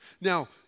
Now